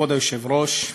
כבוד היושב-ראש,